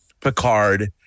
Picard